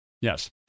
Yes